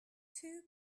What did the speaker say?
two